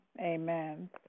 amen